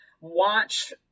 watch